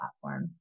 platform